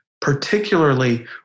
particularly